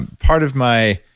part of my